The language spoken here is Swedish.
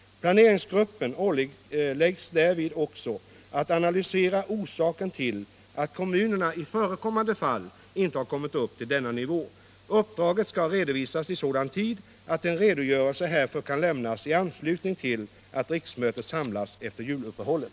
Planeringsgruppen åläggs därvid också att analysera orsakerna till att kommunerna i förekommande fall inte har kommit upp till denna nivå. Uppdraget skall redovisas i sådan tid att en redogörelse härför kan lämnas i anslutning till att riksmötet samlas efter juluppehållet.